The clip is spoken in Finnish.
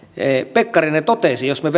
pekkarinen totesi jos me